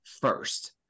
first